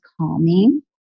calming